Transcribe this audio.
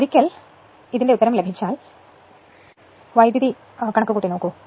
ഒരിക്കൽ r Thevenin j x Thevenin എന്നു ലഭിച്ചാൽ അതെന്താണു കണക്കുകൂട്ടുന്നത് വൈദ്യുതി കണക്കൂകൂട്ടു